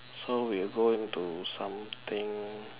so we'll go into something